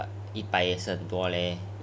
!wah! but 一百也是很多 leh